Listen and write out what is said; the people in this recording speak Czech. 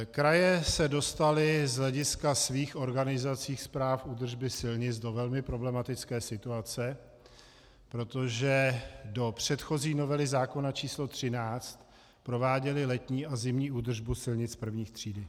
Kraje se dostaly z hlediska svých organizací správ údržby silnic do velmi problematické situace, protože do předchozí novely zákona č. 13 prováděly letní a zimní údržbu silnic první třídy.